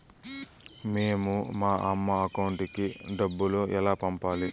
మేము మా అమ్మ అకౌంట్ కి డబ్బులు ఎలా పంపాలి